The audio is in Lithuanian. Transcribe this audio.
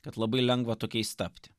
kad labai lengva tokiais tapti